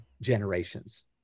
generations